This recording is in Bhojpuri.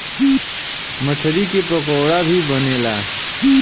मछरी के पकोड़ा भी बनेला